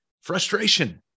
Frustration